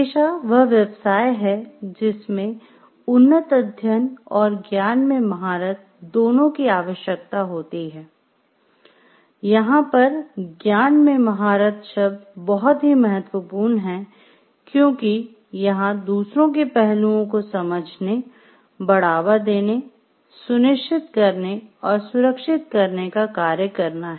पेशा वह व्यवसाय हैं जिसमे उन्नत अध्ययन और ज्ञान में महारत दोनों की आवश्यकता होती है यहाँ पर ज्ञान में महारत शब्द बहुत ही महत्वपूर्ण है क्योंकि यहाँ दूसरों के पहलुओं को समझने बढ़ावा देने सुनिश्चित करने और सुरक्षित करने का कार्य करना है